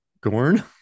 Gorn